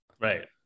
Right